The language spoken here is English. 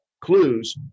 clues